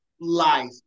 life